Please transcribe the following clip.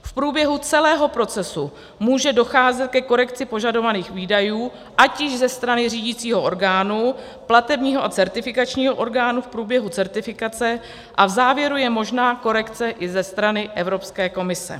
V průběhu celého procesu může docházet ke korekci požadovaných výdajů, ať již ze strany řídicího orgánu, platebního a certifikačního orgánu v průběhu certifikace a v závěru je možná korekce i ze strany Evropské komise.